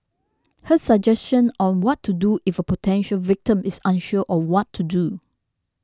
her suggestion on what to do if a potential victim is unsure of what to do